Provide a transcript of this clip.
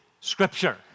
scripture